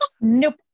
Nope